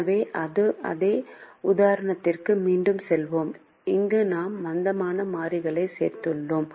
எனவே அதே உதாரணத்திற்கு மீண்டும் செல்வோம் அங்கு நாம் மந்தமான மாறிகளை சேர்த்துள்ளோம்